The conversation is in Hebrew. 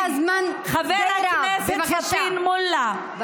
חבר הכנסת פטין מולא,